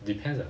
the peasant